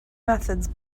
methods